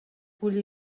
cull